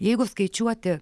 jeigu skaičiuoti